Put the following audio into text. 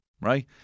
right